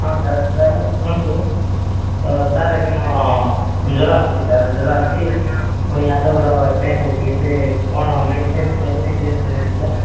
ହଁ sir sir ଶୁଣନ୍ତୁ ତ ସାର୍ ଏବେ ମୋ ଜ୍ୱର ଆସୁଛି ସାର୍ ଜ୍ୱର ଆସୁଛି ପୁଣି ହାତ ଗୋଡ଼ ପେନ୍ ହେଉଛି ପୁଣି ଏବେ କ'ଣ ମେଡ଼ିସିନ ଖାଇବି ନା ଇଞ୍ଜେକସନ୍ ନେବି ସାର୍